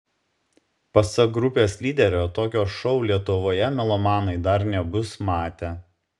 pasak grupės lyderio tokio šou lietuvoje melomanai dar nebus matę